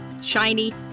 shiny